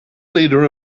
leader